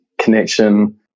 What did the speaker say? connection